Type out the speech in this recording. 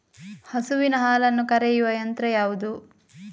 ಹಸುವಿನ ಹಾಲನ್ನು ಕರೆಯುವ ಯಂತ್ರ ಯಾವುದು?